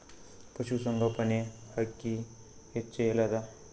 ಪಶುಸಂಗೋಪನೆ ಅಕ್ಕಿ ಹೆಚ್ಚೆಲದಾ?